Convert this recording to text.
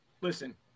Listen